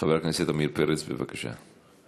עמיר פרץ, בבקשה.